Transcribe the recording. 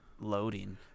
loading